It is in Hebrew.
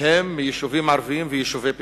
הם מיישובים ערביים ומיישובי פיתוח.